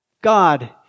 God